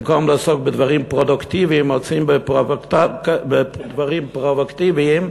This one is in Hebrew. במקום לעסוק בדברים פרודוקטיביים עוסקים בדברים פרובוקטיביים,